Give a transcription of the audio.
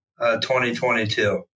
2022